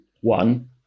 one